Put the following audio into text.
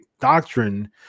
doctrine